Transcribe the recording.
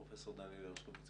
פרופ' דניאל הרשקוביץ,